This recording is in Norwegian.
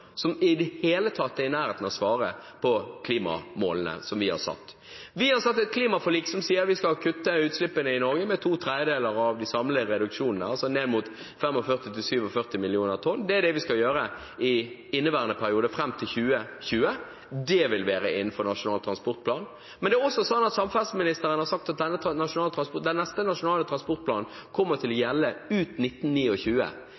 som i det hele tatt er i nærheten av å svare på klimamålene som vi har satt. Vi har et klimaforlik som sier at vi skal kutte utslippene i Norge med to tredjedeler av de samlede reduksjonene, altså ned mot 45–47 millioner tonn. Det er det vi skal gjøre i inneværende periode, fram til 2020. Det vil være innenfor Nasjonal transportplan. Men det er også sånn at samferdselsministeren har sagt at den neste nasjonale transportplanen kommer til å gjelde ut